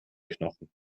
knochen